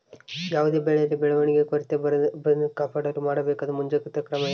ಯಾವುದೇ ಬೆಳೆಯಲ್ಲಿ ಬೆಳವಣಿಗೆಯ ಕೊರತೆ ಬರದಂತೆ ಕಾಪಾಡಲು ಮಾಡಬೇಕಾದ ಮುಂಜಾಗ್ರತಾ ಕ್ರಮ ಏನು?